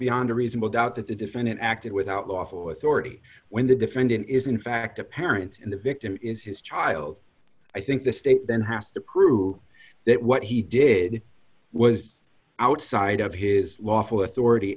beyond a reasonable doubt that the defendant acted without lawful authority when the defendant is in fact a parent in the victim is his child i think the state then has to prove that what he did was outside of his lawful authority